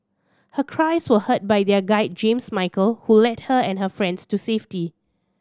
her cries were heard by their guide James Michael who led her and her friends to safety